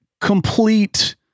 complete